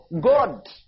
God